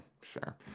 sure